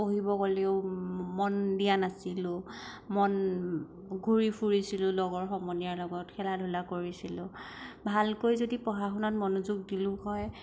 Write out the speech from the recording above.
পঢ়িব ক'লেও মন দিয়া নাছিলোঁ মন ঘূৰি ফুৰিছিলোঁ লগৰ সমনীয়াৰ লগত খেলা ধূলা কৰিছিলোঁ ভালকৈ যদি পঢ়া শুনাত মনোযোগ দিলোঁ হয়